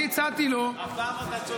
אני הצעתי לו --- הפעם אתה צודק.